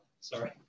Sorry